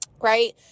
Right